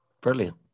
Brilliant